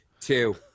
Two